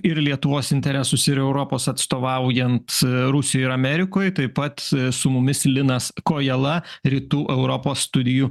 ir lietuvos interesus ir europos atstovaujant rusijoj ir amerikoj taip pat su mumis linas kojala rytų europos studijų